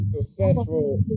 successful